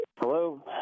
Hello